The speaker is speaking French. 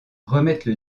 remettent